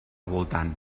voltant